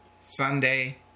Sunday